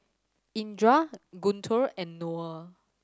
Indra Guntur and Noah